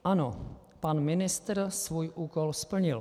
Ano, pan ministr svůj úkol splnil.